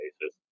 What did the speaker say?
basis